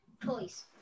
Toys